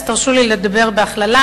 אז תרשו לי לדבר בהכללה,